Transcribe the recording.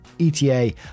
ETA